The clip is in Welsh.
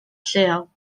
lleol